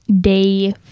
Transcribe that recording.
Day